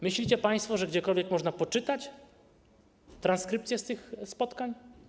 Myślicie państwo, że gdziekolwiek można poczytać transkrypcje tych spotkań?